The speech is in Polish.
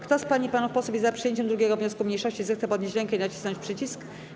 Kto z pań i panów posłów jest za przyjęciem 2. wniosku mniejszości, zechce podnieść rękę i nacisnąć przycisk.